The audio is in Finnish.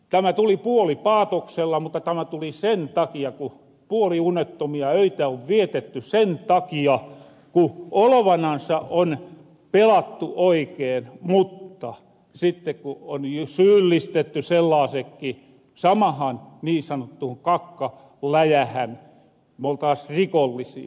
tämä tuli puolipaatoksella mutta tämä tuli sen takia ku puoliunettomia öitä on vietetty sen takia ku olovanansa on pelattu oikeen mutta sitte ku on syyllistetty sellaasekki samahan niin sanottuhun kakkaläjähän me oltais rikollisia